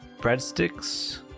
breadsticks